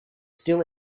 still